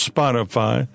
Spotify